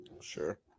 Sure